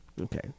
Okay